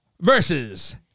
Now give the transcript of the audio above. versus